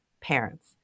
parents